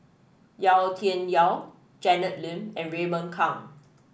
Yau Tian Yau Janet Lim and Raymond Kang